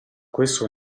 questo